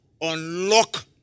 unlock